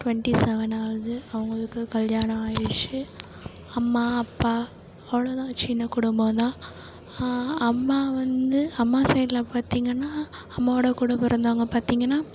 twenty seven ஆகுது அவங்களுக்குக் கல்யாணம் ஆகிடுச்சி அம்மா அப்பா அவ்வளோ தான் சின்ன குடும்பம் தான் அம்மா வந்து அம்மா சைடில் பார்த்தீங்கன்னா அம்மாவோட கூடப் பிறந்தவங்க பார்த்தீங்கன்னா